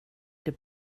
det